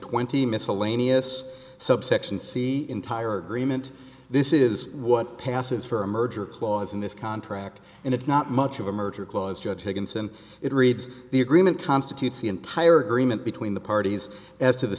twenty miscellaneous subsection c entire agreement this is what passes for a merger clause in this contract and it's not much of a merger clause judge taken since it reads the agreement constitutes the entire agreement between the parties as to the